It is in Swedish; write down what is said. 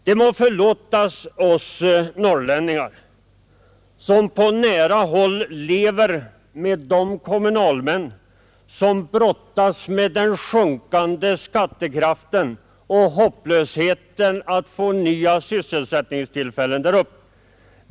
Det må förlåtas oss norrlänningar att vi gör den bedömningen, att vi framför allt argumenterar med sysselsättningsfrågan. Orsaken är att vi på nära håll har de kommunalmän vilka brottas med den sjunkande skattekraften och som upplever hopplösheten när det gäller att få nya sysselsättningstillfällen där uppe.